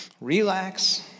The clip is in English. Relax